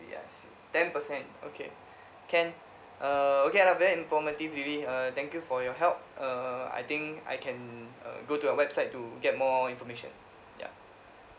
yes ten percent okay can uh okay lah very informative lily uh thank you for your help uh I think I can uh go to your website to get more information yeah